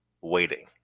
waiting